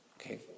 okay